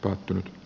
ottelut b